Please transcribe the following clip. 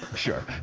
ah sure.